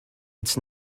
its